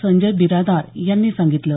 संजय बिरादार यांनी सांगितलं